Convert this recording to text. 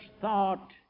thought